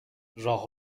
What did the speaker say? راه